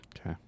Okay